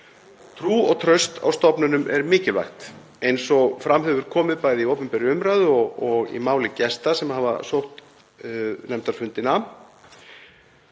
Trú og traust á stofnunum er mikilvægt eins og fram hefur komið bæði í opinberri umræðu og í máli gesta sem hafa sótt nefndarfundina.